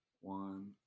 one